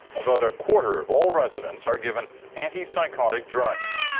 about a quarter of all residents are given anti-psychotic drugs,